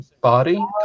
body